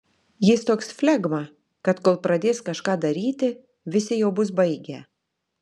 jis toks flegma kad kol pradės kažką daryti visi jau bus baigę